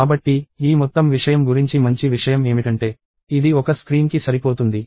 కాబట్టి ఈ మొత్తం విషయం గురించి మంచి విషయం ఏమిటంటే ఇది ఒక స్క్రీన్కి సరిపోతుంది